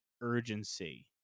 urgency